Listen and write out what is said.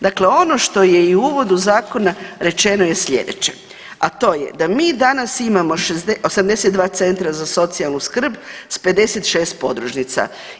Dakle, ono što je i u uvodu zakona rečeno je slijedeće, a to je da mi danas imamo 82 centra za socijalnu skrb s 56 podružnica.